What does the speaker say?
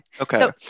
Okay